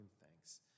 thanks